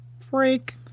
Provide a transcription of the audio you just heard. Freak